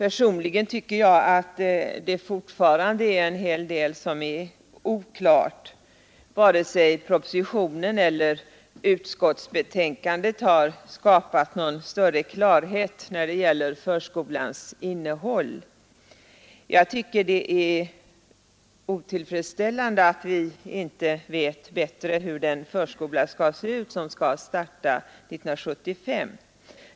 Personligen tycker jag fortfarande att en hel del är oklart. Varken propositionen eller utskottsbetänkandet har skapat någon större klarhet när det gäller förskolans innehåll. Jag tycker att det är otillfredsställande att vi inte vet bättre hur den förskola skall se ut som skall starta 1975.